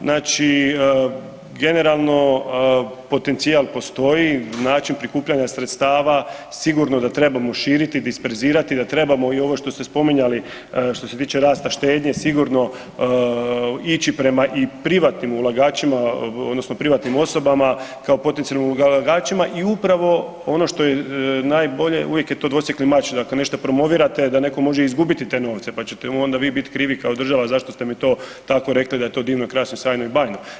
Znači generalno potencijal postoji, način prikupljanja sredstava sigurno da trebamo širiti, disperzirati, da trebamo i ovo što ste spominjali, što se tiče rasta štednje sigurno ići prema i privatnim ulagačima, odnosno privatnim osobama kao potencijalnim ulagačima i upravo ono što je najbolje, uvijek je to dvosjekli mač, dakle nešto promovirate da netko može izgubiti te novce pa ćete mu onda vi biti krivi kao država zašto ste mi to tako rekli da je to divno, krasno, sjajno i bajno.